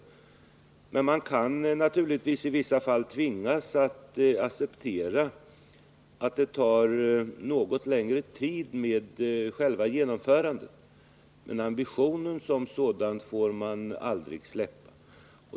Man kan naturligtvis i vissa fall tvingas acceptera att själva genomförandet tar längre tid, men ambitionerna som sådana får man aldrig släppa.